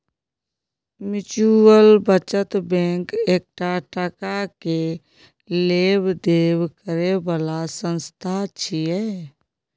mutual बचत bank एकटा टका के लेब देब करे बला संस्था छिये